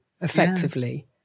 effectively